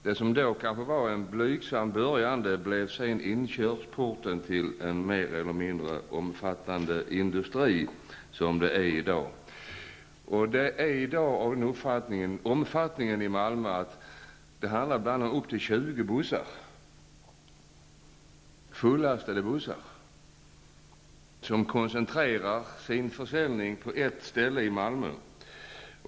Det som då var en blygsam början blev sedan inkörsporten till en mer eller mindre omfattande industri, som det är i dag. Numera handlar det ibland om upp till 20 fullastade bussar, vars resenärer koncentrerar sin försäljning till ett ställe i Malmö.